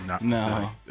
no